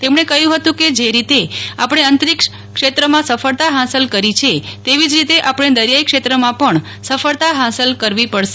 તેમણે કહ્યું હતું કે જે રીતે આપણે અંતરિક્ષ ક્ષેત્રમાં સફળતા હાંસલ કરી છે તેવી જ રીતે આપણે દરિયાઈ ક્ષેત્રમાં પણ સફળતા હાંસલ કરવી પડશે